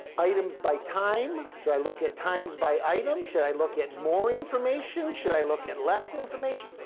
items by time? should i look at times by item? should i look at more information? should i look at less information?